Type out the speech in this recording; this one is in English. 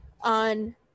on